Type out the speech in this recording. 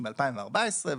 הדין ב-2014,